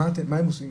מה האימהות עושות?